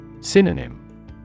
Synonym